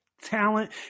Talent